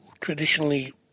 traditionally